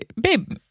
Babe